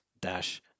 dash